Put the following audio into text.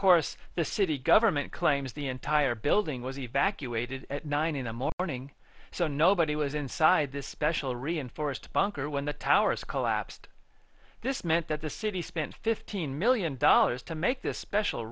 course the city government claims the entire building was evacuated at nine in the morning so nobody was inside this special reinforced bunker when the towers collapsed this meant that the city spent fifteen million dollars to make this special